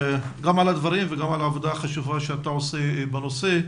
גם על הדברים וגם על העבודה החשובה שאתה עושה בנושא.